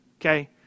okay